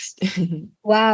Wow